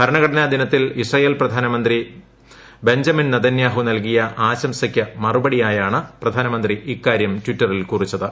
ഭരണഘടനാ ദിനത്തിൽ ഇസ്രായേൽ പ്രധാനമന്ത്രി ബെഞ്ചമിൻ നെതന്യാഹൂ നൽകിയ ആശംസയ്ക്ക് മറുപടിയായാണ് പ്രധാനമന്ത്രി ഇക്കാര്യം ടിറ്ററിൽ കുറിച്ചത്